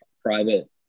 private